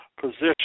position